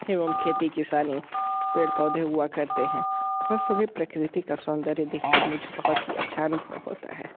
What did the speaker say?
एवम खेती किसानी पेड़ पौधे हुआ करते हैं वह सभी प्रकृति का सौंदर्य देख कर मुझे बहुत ही अच्छा अनुभव होता है